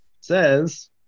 says